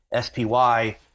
SPY